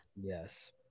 Yes